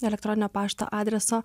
elektroninio pašto adreso